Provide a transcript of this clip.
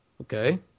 okay